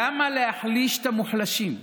למה להחליש את המוחלשים?